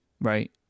right